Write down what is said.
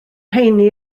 rheiny